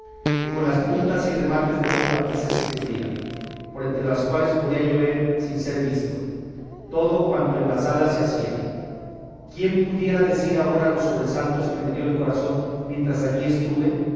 que con las puntas y remates de dos tapices se cubría por entre las cuales podía yo ver sin ser visto todo cuanto en la sala se hacía quién pudiera decir ahora los sobresaltos que me dio el corazón mientras allí estuve